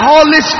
Holy